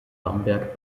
bamberg